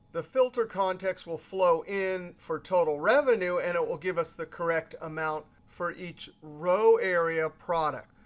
the filter context will flow in for total revenue and it will give us the correct amount for each row area product.